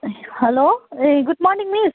hello hey good morning miss